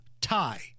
tie